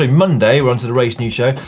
like monday, we're on to the race news show.